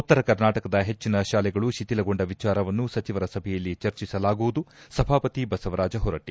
ಉತ್ತರ ಕರ್ನಾಟಕದ ಹೆಚ್ಚಿನ ತಾಲೆಗಳು ತಿಥಿಲಗೊಂಡ ವಿಚಾರವನ್ನು ಸಚಿವರ ಸಭೆಯಲ್ಲಿ ಚರ್ಚಿಸಲಾಗುವುದು ಸಭಾಪತಿ ಬಸವರಾಜ ಹೊರಟ್ಟ